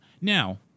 Now